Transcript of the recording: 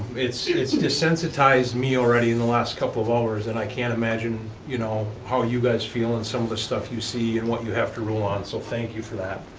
it's it's desensitized me already in the last couple of hours, and i can't imagine you know how you guys feel in some of the stuff you see and what you have to rule on, so thank you for that.